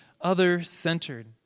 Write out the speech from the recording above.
other-centered